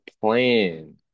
plan